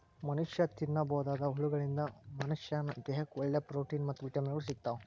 ಮನಷ್ಯಾ ತಿನ್ನಬೋದಾದ ಹುಳಗಳಿಂದ ಮನಶ್ಯಾನ ದೇಹಕ್ಕ ಒಳ್ಳೆ ಪ್ರೊಟೇನ್ ಮತ್ತ್ ವಿಟಮಿನ್ ಗಳು ಸಿಗ್ತಾವ